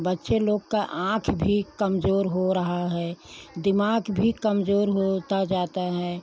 बच्चे लोग का आँख भी कमजोर हो रहा है दिमाग भी कमजोर होता जाता है